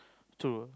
true